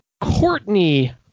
Courtney